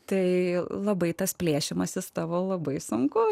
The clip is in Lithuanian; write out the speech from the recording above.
tai labai tas plėšymasis tavo labai sunku